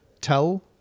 tell